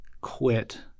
quit